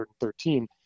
113